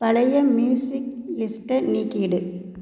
பழைய மியூசிக் லிஸ்ட்டை நீக்கிவிடு